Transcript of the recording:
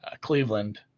cleveland